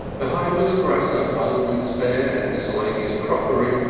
behind was a dresser hung with spare and miscellaneous crockery,